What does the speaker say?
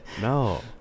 No